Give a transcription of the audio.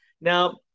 now